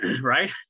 right